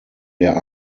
der